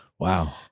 Wow